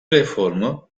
reformu